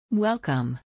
Welcome